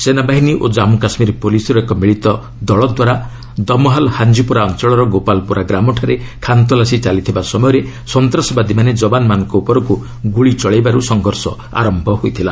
ସେନାବାହିନୀ ଓ ଜନ୍ମ କାଶୁୀର ପ୍ରଲିସ୍ର ଏକ ମିଳିତ ଦଳଦ୍ୱାରା ଦମ୍ହାଲ୍ ହାଞ୍ଜିପୋରା ଅଞ୍ଚଳର ଗୋପାଲ୍ପୋରା ଗ୍ରାମଠାରେ ଖାନତଲାସୀ ଚାଲିଥିବା ସମୟରେ ସନ୍ତାସବାଦୀମାନେ ଯବାନମାନଙ୍କ ଉପରକୁ ଗୁଳି ଚଳାଇବାରୁ ସଂଘର୍ଷ ଆରମ୍ଭ ହୋଇଥିଲା